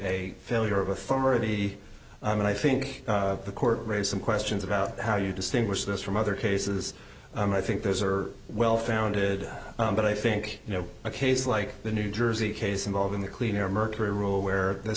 a failure of a formerly and i think the court raise some questions about how do you distinguish this from other cases and i think those are well founded but i think you know a case like the new jersey case involving the clean air mercury rule where th